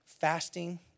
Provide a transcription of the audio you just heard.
fasting